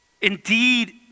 indeed